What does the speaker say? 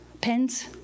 pens